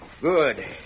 Good